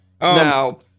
Now